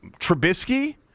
Trubisky